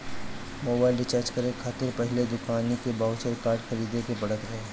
mobile recharge करे खातिर पहिले दुकानी के बाउचर कार्ड खरीदे के पड़त रहे